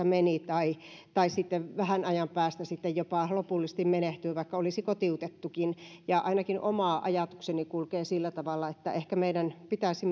meni tai tai vähän ajan päästä sitten jopa lopullisesti menehtyi vaikka olisi kotiutettukin ainakin oma ajatukseni kulkee sillä tavalla että ehkä meidän pitäisi